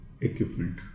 equipment